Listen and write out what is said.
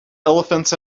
elephants